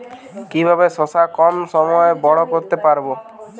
কিভাবে শশা কম সময়ে বড় করতে পারব?